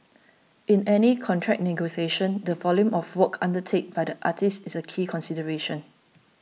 in any contract negotiation the volume of work undertaken by the artiste is a key consideration